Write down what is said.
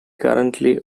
currently